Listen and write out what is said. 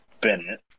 Bennett